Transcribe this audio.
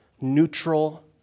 neutral